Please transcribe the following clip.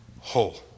whole